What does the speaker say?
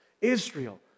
Israel